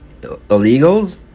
Illegals